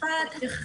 בית המשפט הכריע.